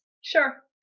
Sure